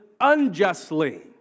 unjustly